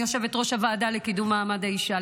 אני יושבת-ראש הוועדה לקידום מעמד האישה.